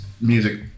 music